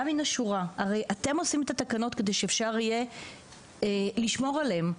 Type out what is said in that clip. הרי אתם עושים את התקנות כדי שאפשר יהיה לשמור עליהם.